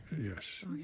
Yes